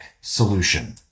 solution